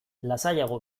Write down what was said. lasaiago